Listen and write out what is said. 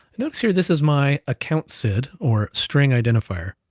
notice here, this is my account sid, or string identifier,